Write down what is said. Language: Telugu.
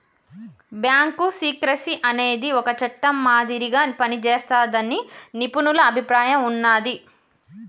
బ్యాంకు సీక్రెసీ అనేది ఒక చట్టం మాదిరిగా పనిజేస్తాదని నిపుణుల అభిప్రాయం ఉన్నాది